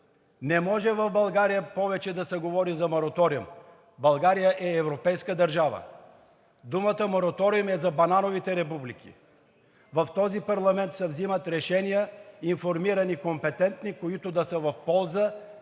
не може в България повече да се говори за мораториум. България е европейска държава. Думата „мораториум“ е за банановите републики. В този парламент се вземат решения информирани и компетентни, които да са в полза